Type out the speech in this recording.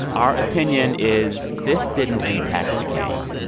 our opinion is this didn't impact the game.